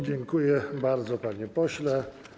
Dziękuję bardzo, panie pośle.